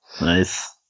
Nice